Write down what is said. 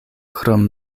krom